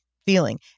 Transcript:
feeling